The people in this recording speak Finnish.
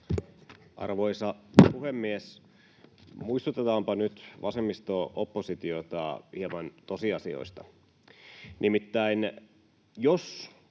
Arvoisa puhemies! Muistutetaanpa nyt vasemmisto—oppositiota hieman tosiasioista. Nimittäin jos